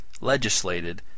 legislated